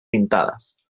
pintades